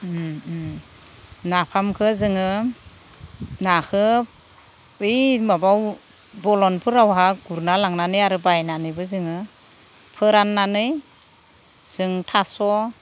नाफामखौ जोङो नाखौ बै माबायाव बलनफोरावहाय गुरना लांनानै आरो बायनानैबो जोङो फोराननानै जों थास'